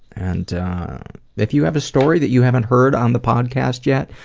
and if you have a story that you haven't heard on the podcast yet,